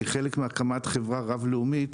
כחלק מהקמת חברה רב לאומית,